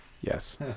Yes